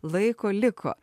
laiko liko